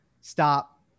Stop